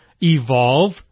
evolve